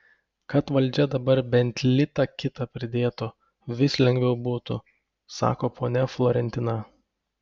kad valdžia dabar bent litą kitą pridėtų vis lengviau būtų sako ponia florentina